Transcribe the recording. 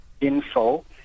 info